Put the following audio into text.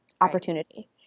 opportunity